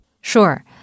Sure